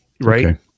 right